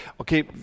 okay